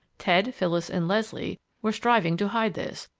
ted, phyllis, and leslie were striving to hide this,